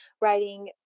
writing